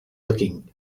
looking